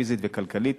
פיזית וכלכלית.